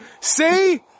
see